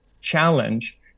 challenge